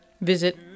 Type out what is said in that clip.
Visit